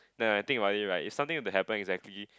then when I think about it right if something were to happen exactly